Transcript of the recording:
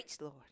Lord